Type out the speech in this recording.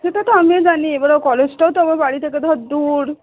সেটা তো আমিও জানি এবারে কলেজটাও তো আমার বাড়ি থেকে ধর দূর